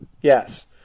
yes